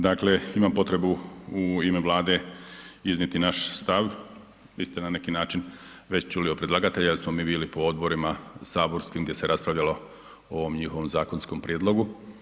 Dakle imam potrebu u ime Vlade iznijeti naš stav, vi ste na neki način već čuli od predlagatelja da smo mi bili po odborima saborskim gdje se raspravljalo o ovom njihovom zakonskom prijedlogu.